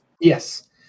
Yes